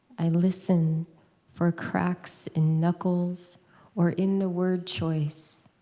i listen for cracks in knuckles or in the word choice.